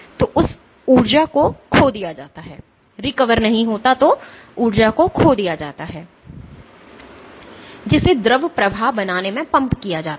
तो उस ऊर्जा को खो दिया जाता है जिसे द्रव प्रवाह बनाने में पंप किया जाता है